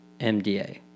MDA